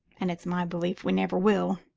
and it's my belief we never will.